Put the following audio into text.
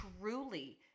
truly